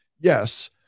Yes